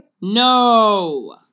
No